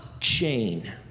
chain